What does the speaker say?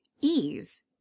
ease